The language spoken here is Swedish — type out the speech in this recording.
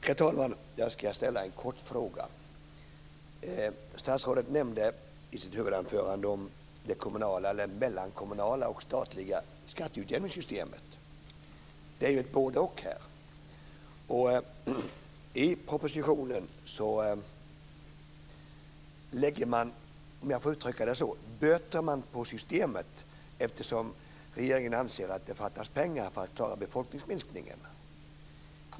Herr talman! Jag ska ställa en kort fråga. Statsrådet nämnde i sitt huvudanförande de mellankommunala och statliga skatteutjämningssystemen. Det är ju ett både och här. I propositionen lägger man, om jag får uttrycka det så, böterna på systemet eftersom regeringen anser att det fattas pengar för att klara befolkningsminskningen.